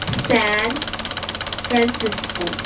San Francisco